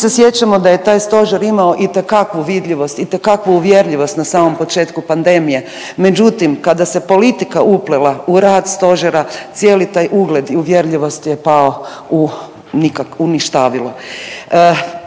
Svi se sjećamo da je taj stožer imamo itekakvu vidljivost, itekakvu uvjerljivost na samom početku pandemije. Međutim, kada se politika uplela u rad stožera cijeli taj ugled i uvjerljivost je pao u nikakvo,